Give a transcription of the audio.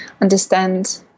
understand